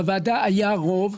בוועדה היה רוב.